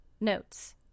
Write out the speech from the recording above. Notes